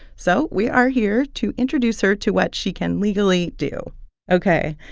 so we are here to introduce her to what she can legally do ok.